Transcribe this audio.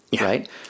Right